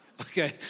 Okay